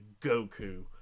Goku